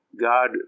God